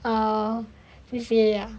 um C_C_A ah